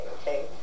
Okay